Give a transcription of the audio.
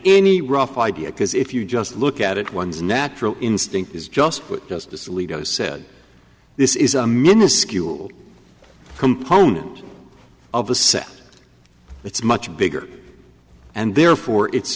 any rough idea because if you just look at it ones natural instinct is just put justice alito said this is a minuscule component of a sec it's much bigger and therefore it's